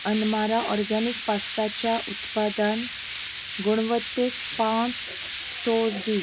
अनमारा organic पास्ताच्या उत्पादान गुणवत्तेक पांच स्टोस दी